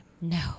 No